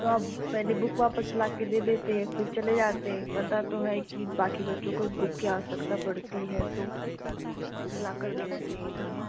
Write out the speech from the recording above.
तो आप पहले बुक वापस लाके दे देते फिर चले जाते पता तो है कि बाकी बच्चों को भी बुक की आवश्यकता पड़ती है तो बुक लाकर देना चाहिए था ना